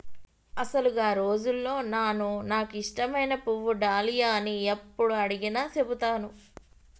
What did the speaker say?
అసలు గా రోజుల్లో నాను నాకు ఇష్టమైన పువ్వు డాలియా అని యప్పుడు అడిగినా సెబుతాను